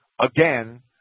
Again